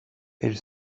elle